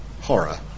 horror